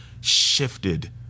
shifted